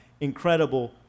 incredible